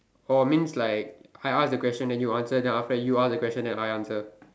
oh means like I ask the question then you answer then after you ask the question and then I answer